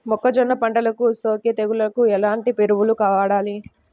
మొక్కజొన్న పంటలకు సోకే తెగుళ్లకు ఎలాంటి ఎరువులు వాడాలి?